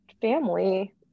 family